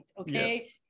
okay